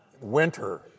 winter